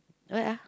alright ah